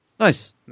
Nice